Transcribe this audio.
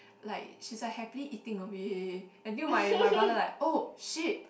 like she's like happily eating away until my my brother like oh shit